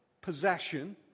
possession